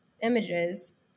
images